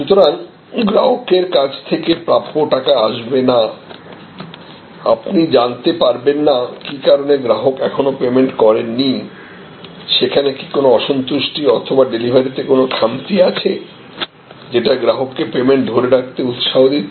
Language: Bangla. যতক্ষণ গ্রাহকের কাছ থেকে প্রাপ্য টাকা আসবে না আপনি জানতে পারবেন না কি কারনে গ্রাহক এখনো পেমেন্ট করেনি সেখানে কি কোন অসন্তুষ্টি অথবা ডেলিভারিতে কোন খামতি আছে যেটা গ্রাহককে পেমেন্ট ধরে রাখতে উৎসাহ দিচ্ছে